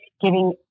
giving